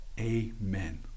Amen